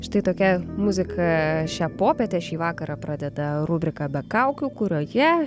štai tokia muzika šią popietę šį vakarą pradeda rubriką be kaukių kurioje